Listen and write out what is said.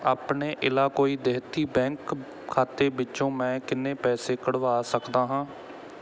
ਆਪਣੇ ਏਲਾਕੁਈ ਦੇਹਤੀ ਬੈਂਕ ਖਾਤੇ ਵਿੱਚੋਂ ਮੈਂ ਕਿੰਨੇ ਪੈਸੇ ਕੱਢਵਾ ਸਕਦਾ ਹਾਂ